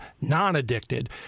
non-addicted